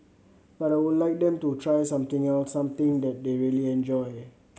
but I would like them to try something else something that they really enjoy